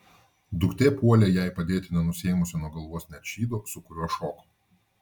duktė puolė jai padėti nenusiėmusi nuo galvos net šydo su kuriuo šoko